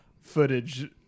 footage